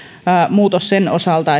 muutos myöskin sen osalta